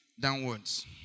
downwards